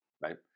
Right